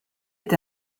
est